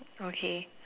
okay